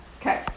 Okay